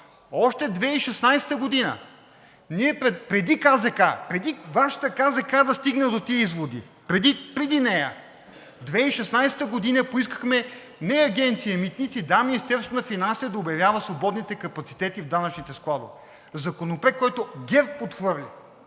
Още 2016 г. Вие преди КЗК, преди Вашата КЗК да стигне до тези изводи, преди нея – 2016 г., поискахме не Агенция „Митници“, Министерството на финансите да обявява свободните капацитети в данъчните складове, законопроект, който ГЕРБ отхвърли